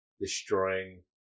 destroying